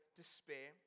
despair